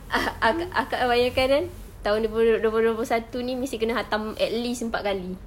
ah akak akak sudah bayarkan kan tahun dua puluh dua puluh dua puluh satu ini mesti kena khatam at least empat kali